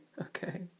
Okay